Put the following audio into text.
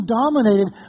dominated